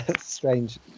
strange